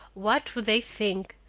what would they think?